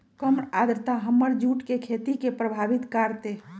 कम आद्रता हमर जुट के खेती के प्रभावित कारतै?